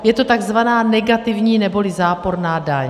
Je to takzvaná negativní neboli záporná daň.